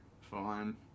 fine